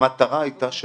המטרה הייתה שבשוטף,